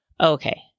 Okay